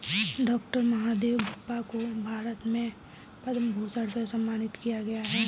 doctor Mahadevappa को भारत में पद्म भूषण से सम्मानित किया गया है